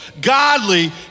godly